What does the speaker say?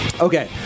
Okay